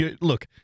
look